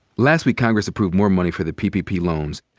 last week, congress approved more money for the ppp loans.